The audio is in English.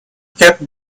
kept